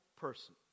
person